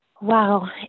Wow